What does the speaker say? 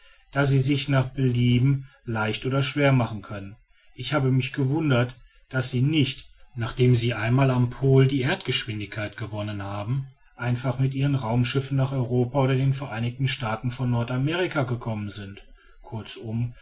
da sie sich nach belieben leicht oder schwer machen können ich habe mich gewundert daß sie nicht nachdem sie einmal am pol die erdgeschwindigkeit gewonnen haben einfach mit ihren raumschiffen nach europa oder den vereinigten staaten von nordamerika gekommen sind kurzum